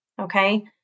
okay